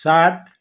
सात